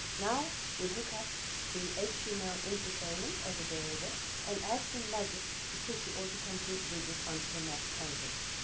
now, we hook up the html input element as a variable and add some magic to push the autocomplete widget onto the map canvas.